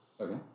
Okay